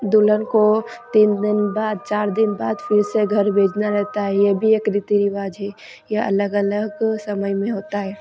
दूल्हन को तीन दिन बाद चार दिन बाद फिर से घर भेजना रहता है यह भी एक रीति रिवाज है यह अलग अलग समय में होता है